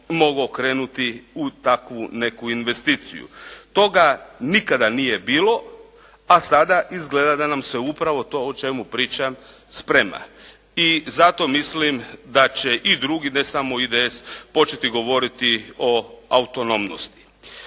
mogao krenuti u takvu neku investiciju. Toga nikada nije bilo a sada izgleda da nam se upravo to o čemu pričam sprema. I zato mislim da će i drugi ne samo IDS početi govoriti o autonomnosti.